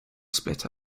split